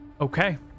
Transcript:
Okay